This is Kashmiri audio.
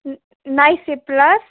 نایسی پُلَس